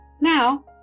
Now